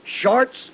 Shorts